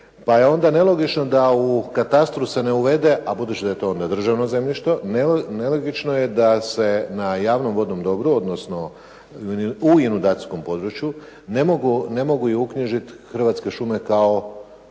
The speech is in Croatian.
Pa je onda nelogično da se u katastru se ne uvede, a budući da je to na državnom zemljištu nelogično je da se na javnom vodnom dobru, odnosno u inudacijskom području ne mogu uknjižiti Hrvatske šume kao